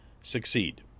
succeed